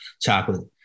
chocolate